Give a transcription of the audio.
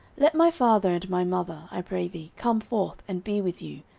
let my father and my mother, i pray thee, come forth, and be with you,